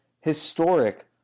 historic